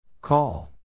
Call